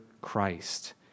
Christ